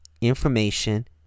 information